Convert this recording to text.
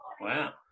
Wow